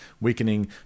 weakening